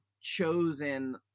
chosen